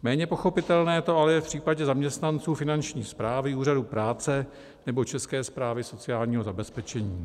Méně pochopitelné to ale je v případě zaměstnanců Finanční správy, úřadů práce nebo České správy sociálního zabezpečení.